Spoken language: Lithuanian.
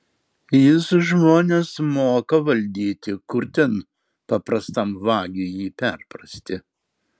jis žmones moka valdyti kur ten paprastam vagiui jį perprasti